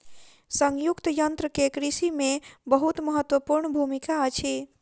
संयुक्तक यन्त्र के कृषि क्षेत्र मे बहुत महत्वपूर्ण भूमिका अछि